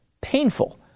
painful